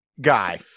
guy